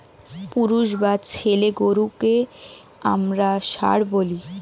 পুরুষ বা ছেলে গরুকে আমরা ষাঁড় বলি